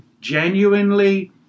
genuinely